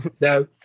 No